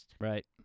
Right